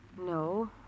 No